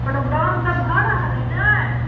programme सब भऽ रहल अइ ने